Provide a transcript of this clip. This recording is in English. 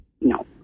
no